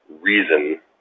reason